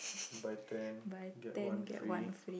buy ten get one free